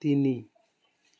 তিনি